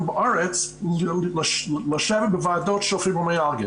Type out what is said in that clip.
בארץ לשבת בוועדות של פיברומיאלגיה,